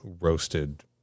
roasted